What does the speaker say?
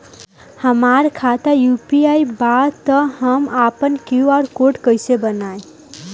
हमार खाता यू.पी.आई बा त हम आपन क्यू.आर कोड कैसे बनाई?